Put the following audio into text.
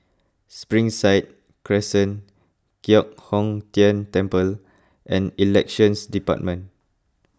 Springside Crescent Giok Hong Tian Temple and Elections Department